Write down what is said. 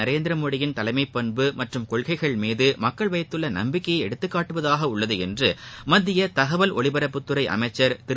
நரேந்திரமோடியின் தலைமைப்பண்பு மற்றும் கொள்கைகள் மீது மக்கள் வைத்துள்ள நம்பிக்கையை எடுத்துக்காட்டுவதாக உள்ளது என்று மத்திய தகவல் ஒலிபரப்புத்துறை அமைச்சர் திரு